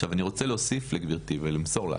עכשיו, אני רוצה להוסיף לגברתי ולמסור לה,